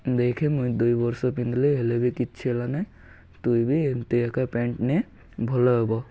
ଦେଖେ ମୁଇଁ ଦୁଇ ବର୍ଷ ପିନ୍ଧିଲି ହେଲେ ବି କିଛି ହେଲା ନାଇଁ ତୁଇ ବି ଏମିତି ଏକା ପ୍ୟାଣ୍ଟ ନେ ଭଲ ହେବ